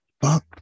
fuck